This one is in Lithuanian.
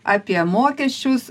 apie mokesčius